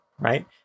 Right